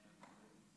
לסמן